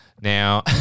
now